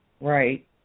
Right